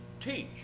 teach